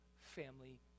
family